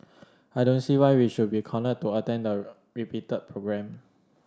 I don't see why we should be cornered to attend the repeated programme